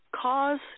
cause